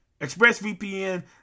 ExpressVPN